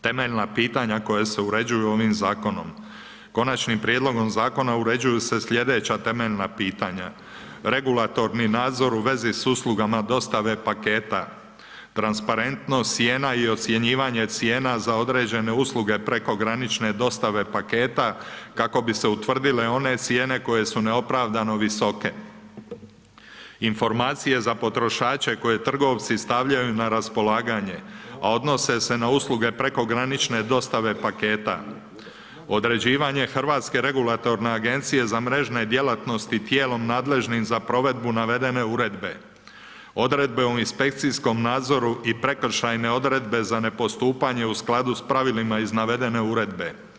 Temeljna pitanja koja se uređuju ovim zakonom, konačnim prijedlogom zakona uređuju se sljedeća temeljna pitanja, regulatorni nadzor u vezi s uslugama dostave paketa, transparentnost cijena i ocjenjivanje cijena za određene usluge prekogranične dostave paketa kako bi utvrdile one cijene koje su neopravdano visoke, informacije za potrošače koji trgovci stavljaju na raspolaganje, a odnose se na usluge prekogranične dostave paketa, određivanje Hrvatske regulatorne agencije za mrežne djelatnosti tijelom nadležnim za provedbu navedene uredbe, odredbe o inspekcijskom nadzoru i prekršajne odredbe za nepostupanje u skladu s pravilima iz navedene uredbe.